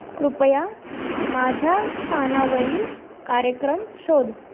कृपया माझ्या स्थानावरील कार्यक्रम शोध